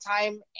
time